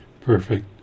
Perfect